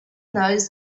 those